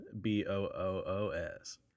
B-O-O-O-S